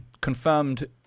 confirmed